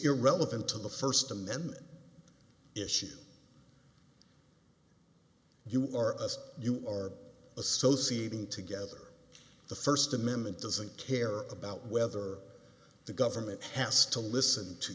irrelevant to the first amendment issue you are us you are associating together the first amendment doesn't care about whether the government has to listen to